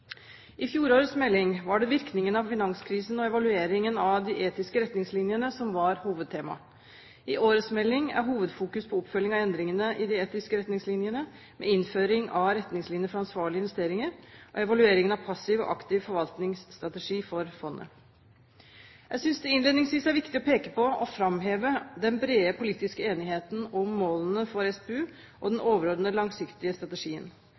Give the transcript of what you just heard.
I fjorårets melding var det virkningene av finanskrisen og evalueringen av de etiske retningslinjene som var hovedtema. I årets melding er hovedfokus på oppfølging av endringene i de etiske retningslinjene med innføring av retningslinjer for ansvarlige investeringer og evalueringen av passiv og aktiv forvaltningsstrategi for fondet. Jeg synes det innledningsvis er viktig å peke på og framheve den brede politiske enigheten om målene for SPU og den overordende langsiktige strategien.